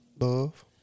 love